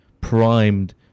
primed